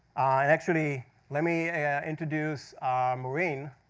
and actually let me introduce maureen,